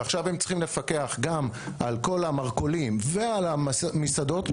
ועכשיו הם צריכים לפקח גם על כל המרכולים ועל המסעדות,